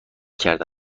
کرده